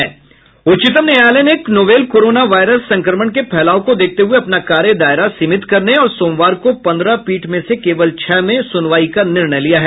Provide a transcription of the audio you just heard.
उच्चतम न्यायालय ने नोवल कोरोना वायरस संक्रमण के फैलाव को देखते हुए अपना कार्य दायरा सीमित करने और सोमवार को पन्द्रह पीठ में से केवल छह में सुनवाई का निर्णय लिया है